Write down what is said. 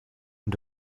und